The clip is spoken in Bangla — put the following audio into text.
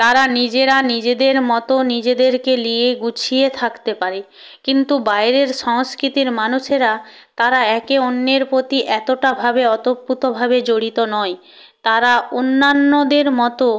তারা নিজেরা নিজেদের মতো নিজেদেরকে নিয়ে গুছিয়ে থাকতে পারে কিন্তু বাইরের সংস্কৃতির মানুষেরা তারা একে অন্যের প্রতি এতোটাভাবে ওতোপ্রতভাবে জড়িত নয় তারা অন্যান্যদের মতো